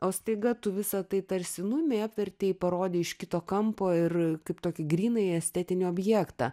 o staiga tu visa tai tarsi nu mi apvertei parodei iš kito kampo ir kaip tokį grynąjį estetinį objektą